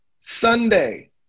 Sunday